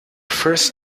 first